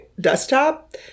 desktop